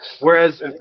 Whereas